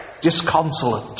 disconsolate